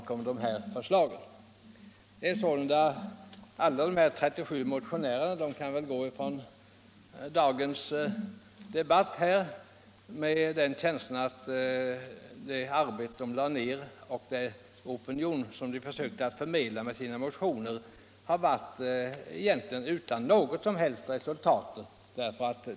Motionärerna bakom de 37 motionerna kommer väl att gå från dagens diskussion med känslan att det arbete de lagt ned på sina motioner för att förmedla en opinion har varit utan något som helst egentligt resultat.